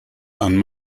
and